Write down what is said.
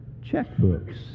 checkbooks